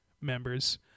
members